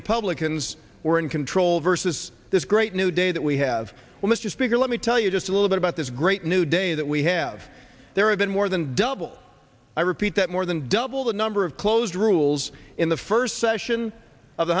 republicans were in control versus this great new day that we have well mr speaker let me tell you just a little bit about this great new day that we have there have been more than double i repeat that more than double the number of close rules in the first session of